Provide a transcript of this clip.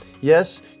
Yes